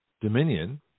Dominion